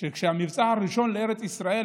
על המבצע הראשון לארץ ישראל.